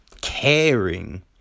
caring